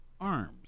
arms